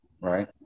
right